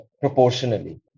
proportionally